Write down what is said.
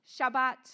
Shabbat